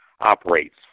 operates